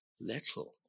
little